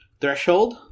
threshold